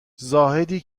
زاهدی